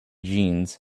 jeans